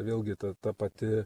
vėlgi ta pati